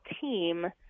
team